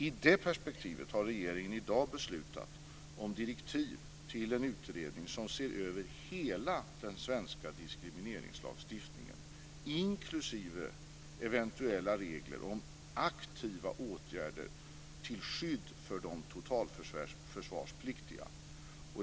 I det perspektivet har regeringen i dag beslutat om direktiv till en utredning som ser över hela den svenska diskrimneringslagstiftningen inklusive eventuella regler om aktiva åtgärder till skydd för de totalförsvarspliktiga.